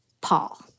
Paul